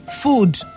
food